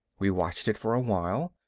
we watched it for a while.